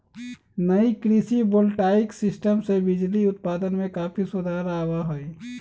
नई कृषि voltaic system से बिजली उत्पादन में काफी सुधार आवा हई